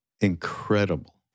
incredible